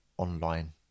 online